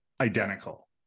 identical